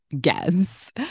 guess